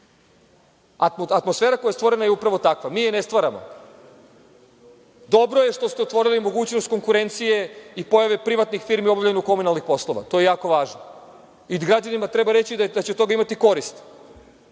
Atmosfera koja je stvorena je upravo takva. Mi je ne stvaramo. Dobro je što ste otvorili mogućnost konkurencije i pojave privatnih firmi u obavljanju komunalnih poslova. To je jako važno. Građanima treba reći da će od toga imati koristi,